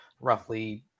Roughly